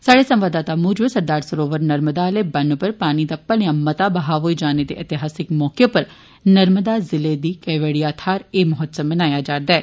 स्हाड़े संवाददाता मूजब सरदार सरोवर नर्मदा आले बन्न पर पानी दा भलेयां मता ब्हाव होई जाने दे ऐतिहासिक मौके पर नर्मदा ज़िले दी केवाडिया थाहर एह महोत्सव मनाया जा'रदा ऐ